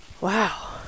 Wow